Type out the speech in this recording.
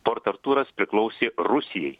port artūras priklausė rusijai